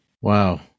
Wow